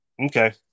Okay